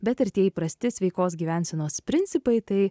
bet ir tie įprasti sveikos gyvensenos principai tai